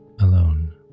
alone